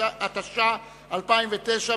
התש"ע 2009,